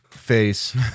face